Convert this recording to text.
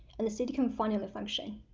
and the city can finally function.